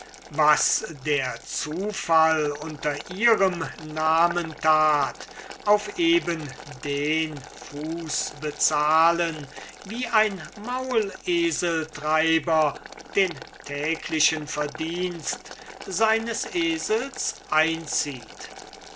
was der zufall unter ihrem namen tat auf eben den fuß bezahlen wie ein mauleseltreiber den täglichen verdienst seines esels einzieht